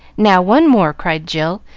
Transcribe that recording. now, one more! cried jill,